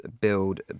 Build